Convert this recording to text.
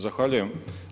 Zahvaljujem.